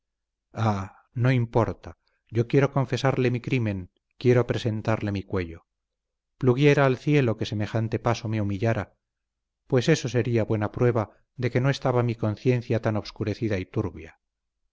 no importa yo quiero confesarle mi crimen quiero presentarle mi cuello pluguiera al cielo que semejante paso me humillara pues eso sería buena prueba de que no estaba mi conciencia tan oscurecida y turbia